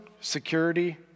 security